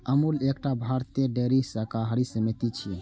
अमूल एकटा भारतीय डेयरी सहकारी समिति छियै